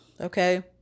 Okay